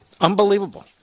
Unbelievable